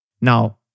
Now